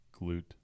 glute